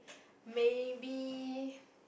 maybe